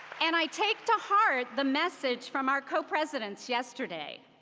and i take to heart the message from our co-presidents yesterday,